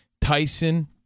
Tyson